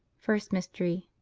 first mystery.